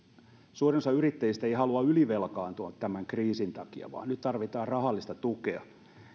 suurin osa yrittäjistä ei halua ylivelkaantua tämän kriisin takia vaan nyt tarvitaan rahallista tukea